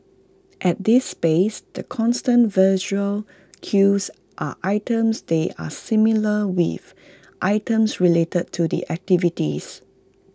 at this space the constant visual cues are items they are familiar with items related to the activities